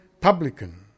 publican